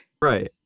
right